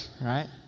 right